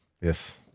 Yes